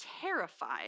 terrified